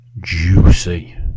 juicy